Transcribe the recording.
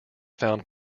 found